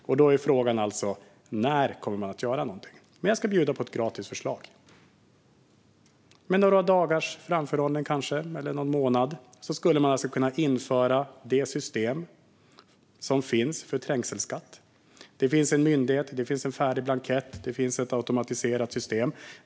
Då är frågan: När kommer man att göra någonting? Jag ska bjuda på ett gratis förslag. Med kanske några dagars eller någon månads framförhållning skulle man kunna införa det system som finns för trängselskatt. Det finns en myndighet. Det finns en färdig blankett. Det finns ett automatiserat system.